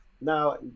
Now